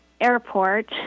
airport